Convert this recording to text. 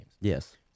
Yes